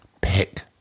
Pick